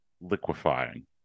liquefying